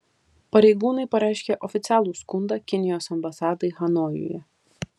pareigūnai pareiškė oficialų skundą kinijos ambasadai hanojuje